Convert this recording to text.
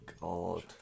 god